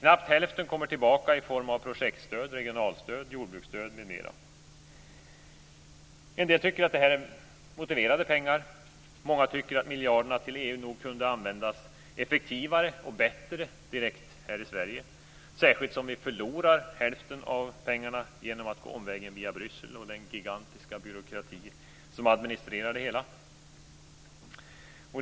Knappt hälften kommer tillbaka i form av projektstöd, regionalstöd, jordbruksstöd m.m. En del tycker att detta är motiverade pengar. Många tycker att miljarderna till EU nog kunde användas effektivare och bättre direkt här i Sverige, särskilt som vi förlorar hälften av pengarna genom att gå omvägen via Bryssel och den gigantiska byråkrati som administrerar det hela.